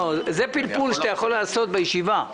זה פלפול שאתה יכול לעשות בישיבה,